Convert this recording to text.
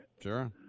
Sure